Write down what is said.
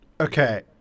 okay